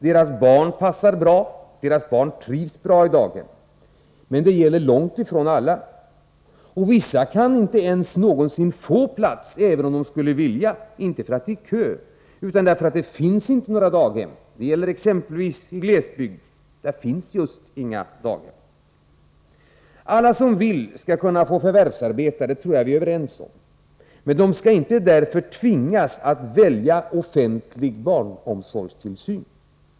Deras barn passar bra och trivs bra i daghem. Men detta gäller långt ifrån alla. Vissa kan inte ens någonsin få plats — även om de skulle vilja — inte för att det är kö, utan för att det inte finns några daghem. Det gäller exempelvis i glesbygd. Där finns just inga daghem. Alla som vill skall kunna få förvärvsarbeta. Det tror jag vi är överens om, men de skall inte därför tvingas att välja offentlig barnomsorg.